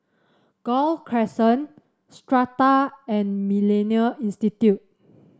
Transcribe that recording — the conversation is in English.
Gul Crescent Strata and MillenniA Institute